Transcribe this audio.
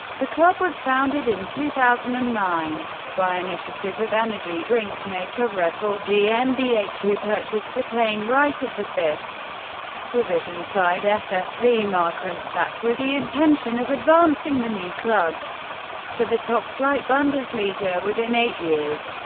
the club was founded in two thousand and nine by initiative of energy drink-maker red bull gmbh who purchased a playing right of the fifth division side ssv markranstadt with the intention of advancing the new club to the top-flight bundesliga within eight years.